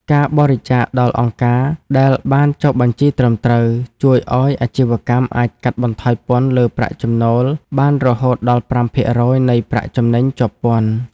ការបរិច្ចាគដល់អង្គការដែលបានចុះបញ្ជីត្រឹមត្រូវ ជួយឱ្យអាជីវកម្មអាចកាត់បន្ថយពន្ធលើប្រាក់ចំណូលបានរហូតដល់ប្រាំភាគរយនៃប្រាក់ចំណេញជាប់ពន្ធ។